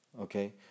Okay